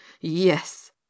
Yes